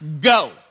Go